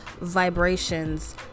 vibrations